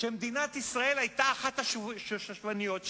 שמדינת ישראל היתה אחת השושבינות שלו,